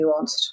nuanced